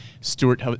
Stewart